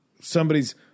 somebody's